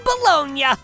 Bologna